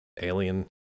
alien